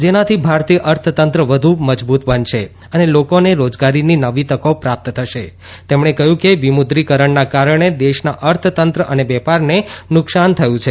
જેનાથી ભારતીય અર્થતંત્ર વધુ મજબૂત બનશે અને લોકોને રોજગારીની નવી તકો પ્રાપ્ત થશે તેમણે કહ્યું કે વિમુક્રીકરણના કારણે દેશના અર્થતંત્ર અને વેપારને નુકશાન થયું છે